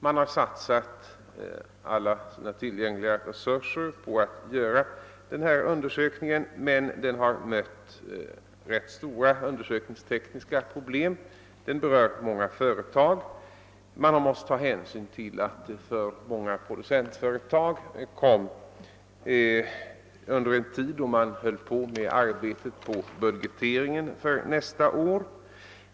Man har satsat alla tillgänliga resurser på att göra denna undersökning men har mött rätt stora undersökningstekniska problem. Undersökningen har berört många företag, och man har måst ta hänsyn till att den gjordes under en tid då flera producentföretag höll på med arbetet på budgeteringen för nästa år.